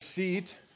seat